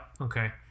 Okay